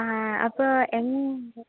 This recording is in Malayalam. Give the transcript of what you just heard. ആ അപ്പോൾ എൻ